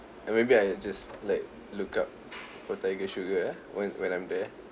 maybe I just like look up for tiger sugar ah when when I'm there